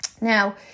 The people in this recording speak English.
Now